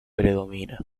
predomina